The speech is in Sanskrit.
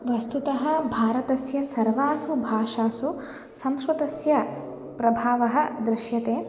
वस्तुतः भारतस्य सर्वासु भाषासु संस्कृतस्य प्रभावः दृश्यते